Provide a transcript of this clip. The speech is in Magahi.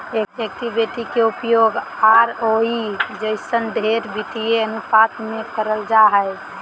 इक्विटी के उपयोग आरओई जइसन ढेर वित्तीय अनुपात मे करल जा हय